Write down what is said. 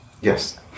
Yes